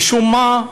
משום מה,